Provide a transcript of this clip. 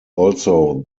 also